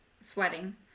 sweating